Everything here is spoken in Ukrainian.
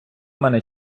мене